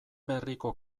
berriko